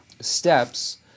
steps